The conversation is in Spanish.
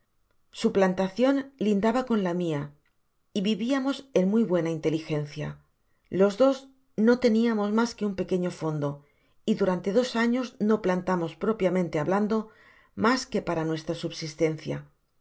plantacion lindaba con la mia y viviamos en muy buena inteligencia los dos no teniamos mas qne un pequeño fondo y durante dos años no plantanos propiamente hablando mas que para nuestra subsistencia